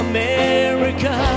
America